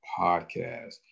podcast